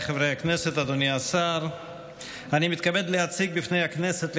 הינני מתכבדת להודיעכם,